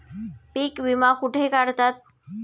पीक विमा कुठे काढतात?